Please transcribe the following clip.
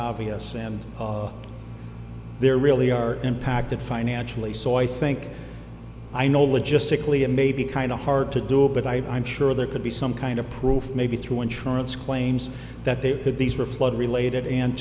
obvious and there really are impacted financially so i think i know logistically it may be kind of hard to do but i'm sure there could be some kind of proof maybe through insurance claims that they've had these were flood related and